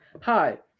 Hi